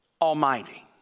Almighty